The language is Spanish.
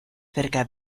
cerca